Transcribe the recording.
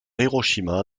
hiroshima